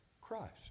Christ